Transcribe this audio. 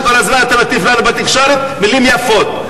שכל הזמן אתה מטיף לנו בתקשורת מלים יפות.